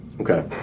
Okay